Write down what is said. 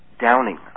downing